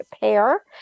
pair